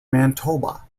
manitoba